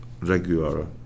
regular